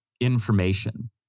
information